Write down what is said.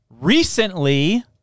Recently